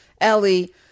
Ellie